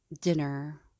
dinner